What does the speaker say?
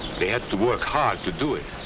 they had to work hard to do it.